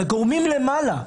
לגורמים למעלה,